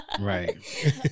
Right